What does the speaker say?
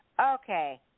Okay